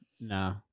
No